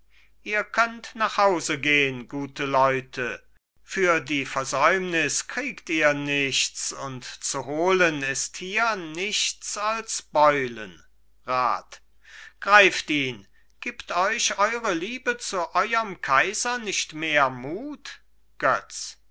ihr könnt nach hause gehn gute leute für die versäumnis kriegt ihr nichts und zu holen ist hier nichts als beulen rat greift ihn gibt euch eure liebe zu euerm kaiser nicht mehr mut götz